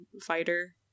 fighter